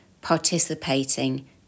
participating